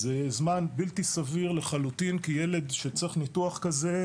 זה זמן בלתי סביר לחלוטין לילד שצריך ניתוח כזה,